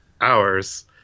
hours